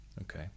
Okay